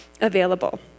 available